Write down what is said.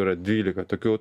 yra dvylika tokių